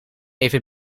even